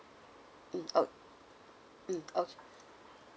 mm o~ mm o~